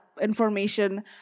information